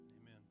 Amen